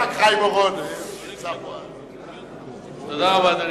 אדוני, תודה רבה.